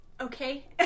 okay